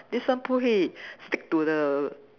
this one 不会 stick to the